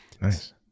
nice